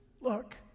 Look